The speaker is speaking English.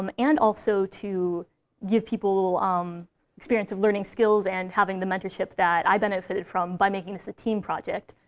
um and also to give people um experience of learning skills and having the mentorship that i benefited from by making this a team project.